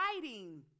writing